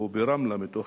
או ברמלה,